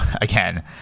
again